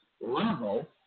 level